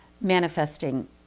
manifesting